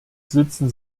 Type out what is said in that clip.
sitzen